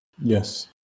Yes